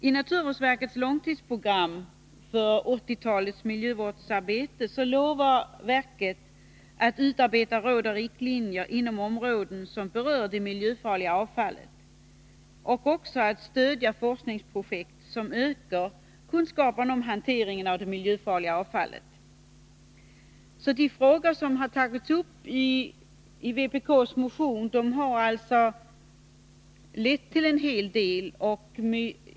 I naturvårdsverkets långtidsprogram för 1980-talets miljövårdsarbete lovar verket att utarbeta råd och riktlinjer inom områden som berör det miljöfarliga avfallet samt att stödja forskningsprojekt som ökar kunskapen om hanteringen av det miljöfarliga avfallet. De frågor som har tagits upp i vpk:s motion har alltså lett till en hel del.